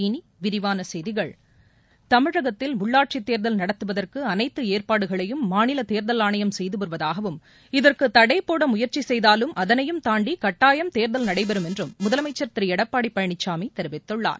இனிவிரிவானசெய்திகள் உள்ளாட்சித்தேர்தல் நடத்துவதற்குஅனைத்துஏற்பாடுகளையும் தமிழகத்தில் மாநிலத் தேர்தல் ஆணையம் செய்துவருவதாகவும் இதற்குதடைபோடமுயற்சிசெய்தாலும் அதனையும் தான்டிகட்டாயம் தேர்தல் நடைபெறும் என்றும் முதலமைச்சர் திருஎடப்பாடிபழனிசாமிதெரிவித்துள்ளார்